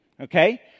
Okay